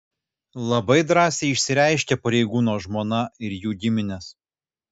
labai drąsiai išsireiškė pareigūno žmona ir jų giminės